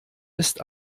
ist